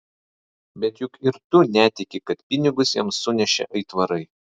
bet juk ir tu netiki kad pinigus jam sunešė aitvarai